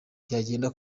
byagenda